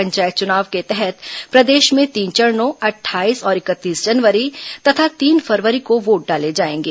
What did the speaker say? पंचायत चुनाव के तहत प्रदेश में तीन चरणों अट्ठाईस और इकतीस जनवरी तथा तीन फरवरी को वोट डाले जाएंगे